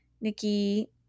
nikki